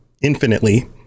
infinitely